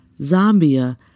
Zambia